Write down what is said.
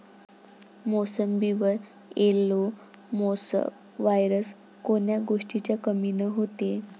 मोसंबीवर yellow mosaic virus कोन्या गोष्टीच्या कमीनं होते?